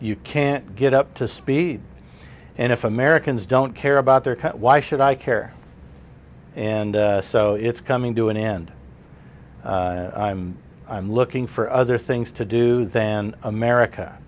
you can't get up to speed and if americans don't care about their why should i care and so it's coming to an end i'm looking for other things to do than america